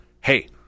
hey